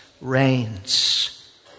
reigns